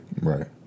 Right